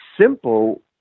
simple